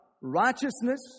righteousness